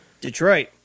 Detroit